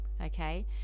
okay